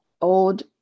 old